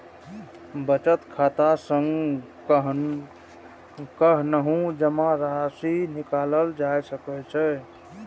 बचत खाता सं कखनहुं जमा राशि निकालल जा सकै छै